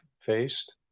faced